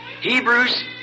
Hebrews